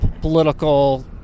political